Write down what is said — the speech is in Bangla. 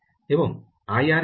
এবং আইআরকে কী